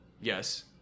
Yes